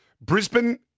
Brisbane